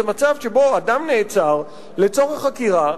זה מצב שבו אדם נעצר לצורך חקירה,